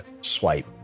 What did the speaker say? swipe